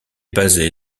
basé